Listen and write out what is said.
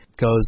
goes